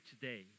today